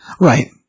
Right